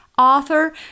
author